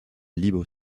libre